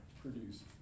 produce